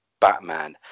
Batman